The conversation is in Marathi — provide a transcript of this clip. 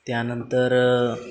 त्यानंतर